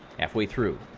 halfway through.